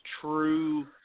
true